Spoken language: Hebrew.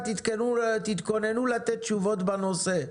הרווחה, תתכוננו לתת תשובות בנושא.